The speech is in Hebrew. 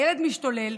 הילד משתולל